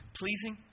pleasing